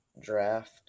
draft